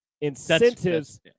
incentives